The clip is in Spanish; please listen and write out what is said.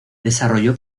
desarrolló